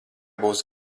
būs